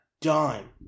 dime